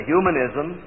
Humanism